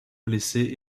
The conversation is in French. blessé